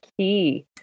key